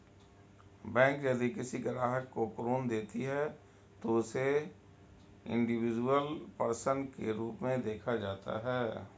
bank यदि किसी ग्राहक को ऋण देती है तो उसे इंडिविजुअल पर्सन के रूप में देखा जाता है